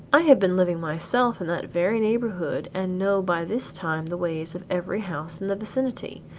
i have been living myself in that very neighborhood and know by this time the ways of every house in the vicinity.